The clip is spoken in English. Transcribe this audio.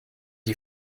you